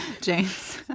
James